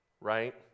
right